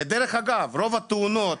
דרך אגב, ברוב התאונות